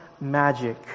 magic